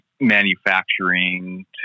manufacturing